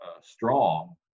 strong